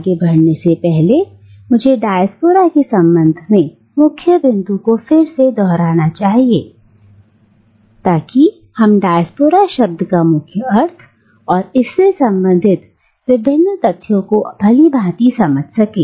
आगे बढ़ने से पहले मुझे डायस्पोरा के संबंध में मुख्य बिंदु को फिर से दोहराना चाहिए ताकि हम डायस्पोरा शब्द का मुख्य अर्थ और इससे संबंधित विभिन्न तथ्यों को भी समझ चुके हैं